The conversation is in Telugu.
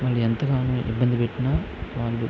వాళ్ళు ఎంతగానో ఇబ్బంది పెట్టిన వాళ్ళు